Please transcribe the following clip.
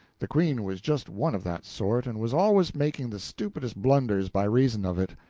the queen was just one of that sort, and was always making the stupidest blunders by reason of it.